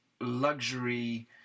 luxury